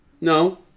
No